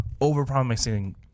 over-promising